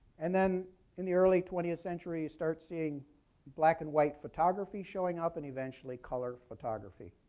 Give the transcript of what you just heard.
and then in the early twentieth century, you start seeing black and white photography showing up and eventually color photography.